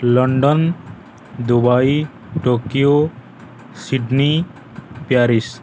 London Dubai Tokyo Sydney Paris